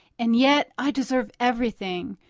and yet i deserve everything,